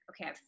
okay